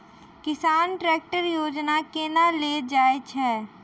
किसान ट्रैकटर योजना केना लेल जाय छै?